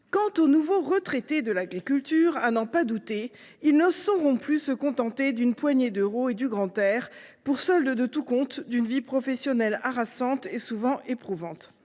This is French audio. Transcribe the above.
Quant aux nouveaux retraités de l’agriculture, à n’en pas douter, ils ne se contenteront plus d’une poignée d’euros et du grand air pour solde de tout compte d’une vie professionnelle harassante et souvent éprouvante